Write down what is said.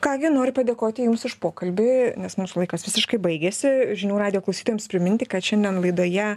ką gi noriu padėkoti jums už pokalbį nes nors laikas visiškai baigėsi žinių radijo klausytojams priminti kad šiandien laidoje